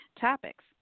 topics